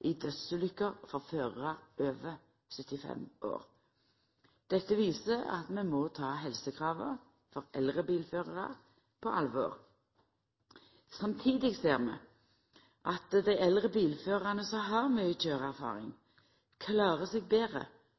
i dødsulukker for førarar over 75 år. Dette viser at vi må ta helsekrava for eldre bilførarar på alvor. Samstundes ser vi at dei eldre bilførarane som har mykje køyreerfaring, klarer seg betre